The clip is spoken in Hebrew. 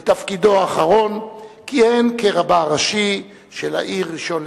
בתפקידו האחרון כיהן כרבה הראשי של העיר ראשון-לציון.